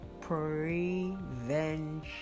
prevention